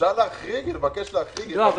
אפשר לבקש להחריג --- זה עניין כספי.